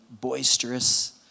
boisterous